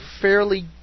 fairly